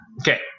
Okay